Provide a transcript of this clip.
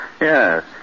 yes